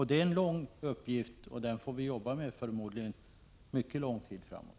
Det är en stor uppgift som vi förmodligen får arbeta med lång tid framöver.